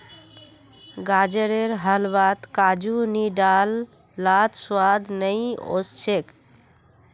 गाजरेर हलवात काजू नी डाल लात स्वाद नइ ओस छेक